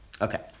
Okay